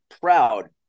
proud